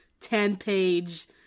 ten-page